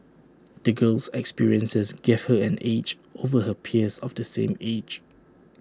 the girl's experiences gave her an edge over her peers of the same age